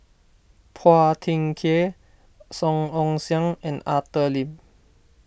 Phua Thin Kiay Song Ong Siang and Arthur Lim